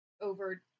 over